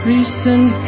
Recent